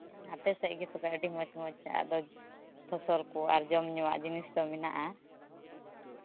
ᱟᱯᱮ ᱥᱮᱫ ᱜᱮ ᱛᱚᱵᱮ ᱟᱹᱰᱤ ᱢᱚᱡᱽ ᱢᱚᱡᱽ ᱟᱫᱚ ᱯᱷᱚᱥᱚᱞ ᱠᱚ ᱟᱨ ᱡᱚᱢ ᱧᱩᱣᱟᱜ ᱡᱤᱱᱤᱥ ᱠᱚ ᱢᱮᱱᱟᱜᱼᱟ